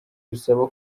bisaba